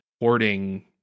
hoarding